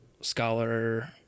scholar